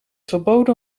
verboden